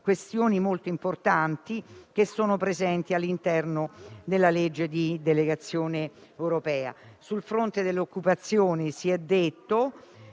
questioni molto importanti, che sono presenti all'interno della legge di delegazione europea. Del fronte dell'occupazione si è detto,